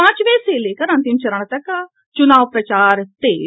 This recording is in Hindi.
पांचवें से लेकर अंतिम चरण तक का चुनाव प्रचार तेज